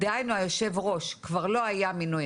דהיינו יושב הראש כבר לא היה מינוי